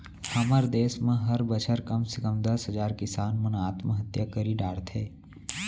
हमर देस म हर बछर कम से कम दस हजार किसान मन आत्महत्या करी डरथे